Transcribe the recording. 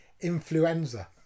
Influenza